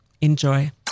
Enjoy